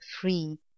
free